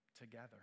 together